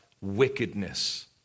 Wickedness